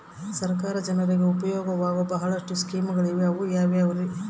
ಸರ್ಕಾರ ಜನರಿಗೆ ಉಪಯೋಗವಾಗೋ ಬಹಳಷ್ಟು ಸ್ಕೇಮುಗಳಿವೆ ಅವು ಯಾವ್ಯಾವ್ರಿ?